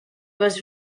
was